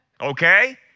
okay